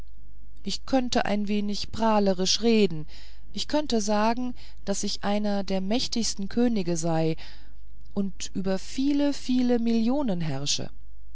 ich könnte ein wenig prahlerisch reden ich könnte sagen daß ich einer der mächtigsten könige sei und über viele viele millionen herrsche